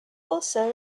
also